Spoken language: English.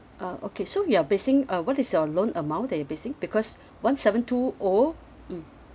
uh okay so we are basing uh what is your loan amount that you're basing because one seven two O mmhmm